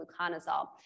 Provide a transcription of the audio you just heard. fluconazole